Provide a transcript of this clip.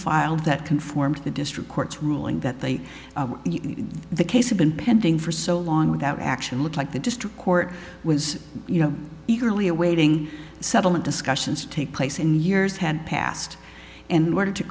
filed that conform to the district court's ruling that they the case been pending for so long without actually looked like they just court was you know eagerly awaiting settlement discussions take place in years had passed and were to